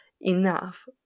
enough